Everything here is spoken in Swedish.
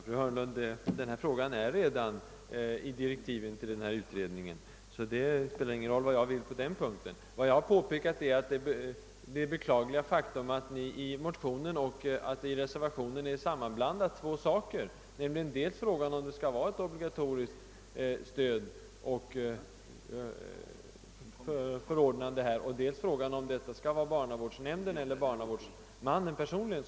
Herr talman! Denna fråga finns redan med i direktiven till utredningen, fru Hörnlund, så det spelar ingen roll vad jag vill på den punkten. Vad jag har påpekat är det beklagliga faktum, att man i motionen och reservationen blandat samman två olika saker, nämligen dels frågan om man över huvud taget skall ha ett obligatoriskt förordnande, och i så fall hur långvarigt, dels frågan om detta förordnande skall gälla barnavårdsnämnden eller barnavårdsmannen personligen.